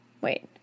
Wait